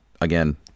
Again